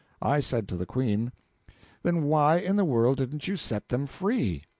i said to the queen then why in the world didn't you set them free?